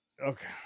Okay